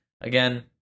Again